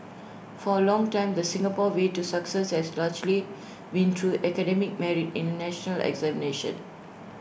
for A long time the Singapore way to success has largely been through academic merit in national examinations